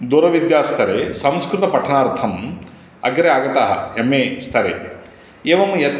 दूरविद्यास्तरे संस्कृतपठनार्थं अग्रे आगताः एम् ए स्तरे एवं यत्